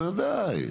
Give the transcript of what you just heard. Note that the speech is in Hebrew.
בוודאי.